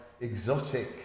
exotic